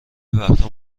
وقتها